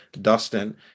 Dustin